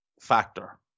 factor